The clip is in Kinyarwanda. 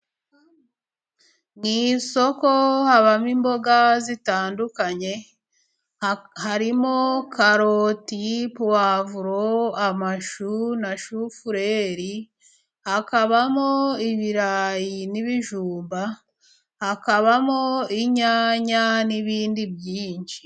Mu isoko habamo imboga zitandukanye hari ofmo: karoti, pwavuro, amashu na shufureri. Hakabamo ibirayi n'ibijumba hakabamo inyanya n'ibindi byinshi.